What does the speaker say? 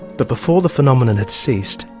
but before the phenomenon had ceased,